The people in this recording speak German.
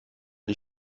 die